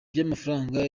by’amafaranga